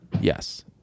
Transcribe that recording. yes